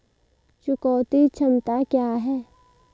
चुकौती क्षमता क्या है?